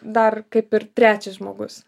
dar kaip ir trečias žmogus